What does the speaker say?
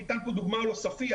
ניתנה כאן דוגמה על עוספייה.